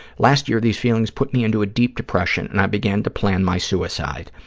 last year, these feelings put me into a deep depression and i began to plan my suicide.